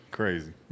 Crazy